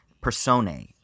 personae